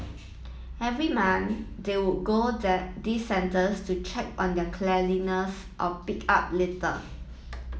every month they would go these centres to check on their cleanliness or pick up litter